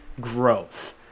growth